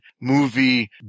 movie